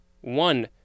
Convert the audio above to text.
One